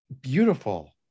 beautiful